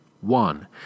One